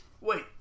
Wait